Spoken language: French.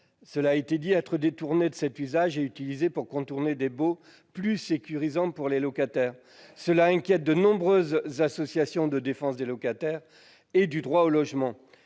cela a été dit, être détourné de cet usage et utilisé pour contourner des baux plus sécurisants pour les locataires. Cela inquiète de nombreuses associations de défense des locataires et du droit au logement.